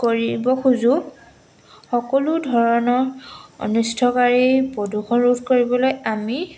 কৰিব খোজোঁ সকলো ধৰণৰ অনিষ্টকাৰী প্ৰদূষণ ৰোধ কৰিবলৈ আমি